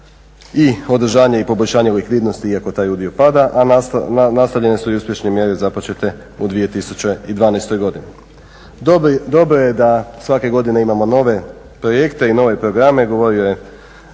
i održanje i poboljšavanje likvidnosti iako taj udio pada a nastavljene su i uspješne mjere započete u 2012. godini. Dobro je da svake godine imamo nove projekte i nove programe. Govorio je